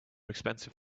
expensive